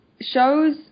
shows